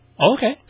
Okay